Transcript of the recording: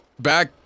Back